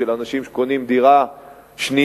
של אנשים שקונים דירה שנייה,